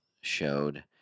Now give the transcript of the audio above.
showed